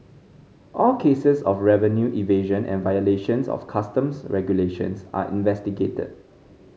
all cases of revenue evasion and violations of Customs regulations are investigated